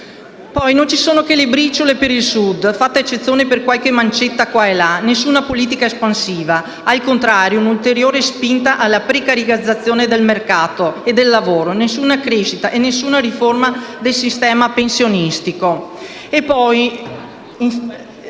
Non ci sono che briciole per il Sud, fatta eccezione per qualche mancetta qua e là, nessuna politica espansiva. Al contrario, si ha un'ulteriore spinta alla precarizzazione del mercato e del lavoro, ma nessuna crescita e nessuna riforma del sistema pensionistico.